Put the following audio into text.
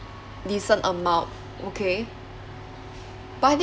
decent amount okay but I think